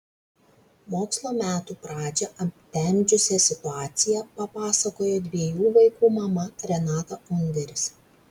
mokslo metų pradžią aptemdžiusią situaciją papasakojo dviejų vaikų mama renata underis